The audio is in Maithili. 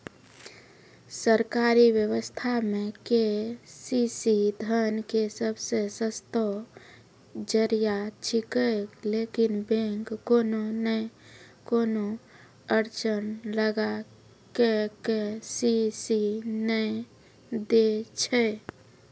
सरकारी व्यवस्था मे के.सी.सी धन के सबसे सस्तो जरिया छिकैय लेकिन बैंक कोनो नैय कोनो अड़चन लगा के के.सी.सी नैय दैय छैय?